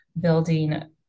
building